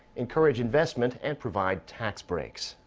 encourage investment and provide tax breaks.